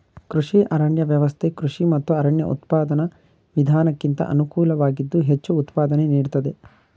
ಕೃಷಿ ಅರಣ್ಯ ವ್ಯವಸ್ಥೆ ಕೃಷಿ ಮತ್ತು ಅರಣ್ಯ ಉತ್ಪಾದನಾ ವಿಧಾನಕ್ಕಿಂತ ಅನುಕೂಲವಾಗಿದ್ದು ಹೆಚ್ಚು ಉತ್ಪಾದನೆ ನೀಡ್ತದೆ